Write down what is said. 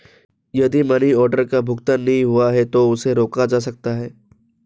यदि money order का भुगतान नहीं हुआ है तो उसे रोका जा सकता है